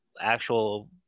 actual